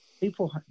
People